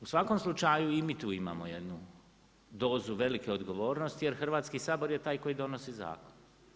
U svakom slučaju i mi tu imamo jednu dozu velike odgovornosti, jer Hrvatski sabor je taj koji donosi zakon.